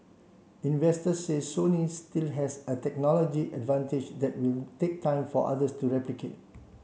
investors say Sony still has a technology advantage that will take time for others to replicate